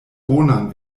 bonan